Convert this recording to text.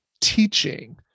teaching